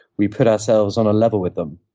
we put ourselves on a level with them.